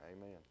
Amen